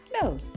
No